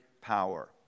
power